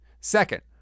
Second